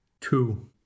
two